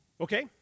Okay